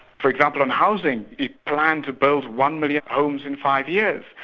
for example, in housing, it planned to build one million homes in five years.